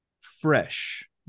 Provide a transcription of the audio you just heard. fresh